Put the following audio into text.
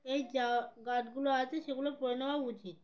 এই যা গার্ডগুলো আছে সেগুলোর পরে নেওয়া উচিত